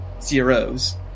Zeros